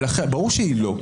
ברור שהוא לא.